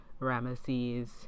Ramesses